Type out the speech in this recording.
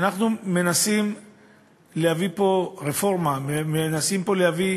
כשאנחנו מנסים להביא פה רפורמה, מנסים פה להביא